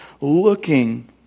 looking